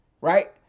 right